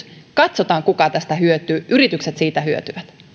katsotaan kuka tästä hyötyy yritykset siitä hyötyvät